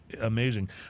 amazing